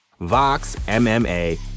VOXMMA